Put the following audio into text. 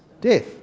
death